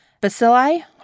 Bacilli